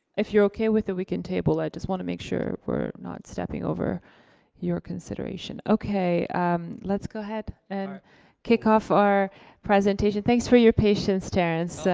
if you're okay with it we can table, i just want to make sure we're not stepping over your consideration. let's um let's go ahead and kick off our presentation. thanks for your patience, terrance. so